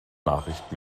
nachricht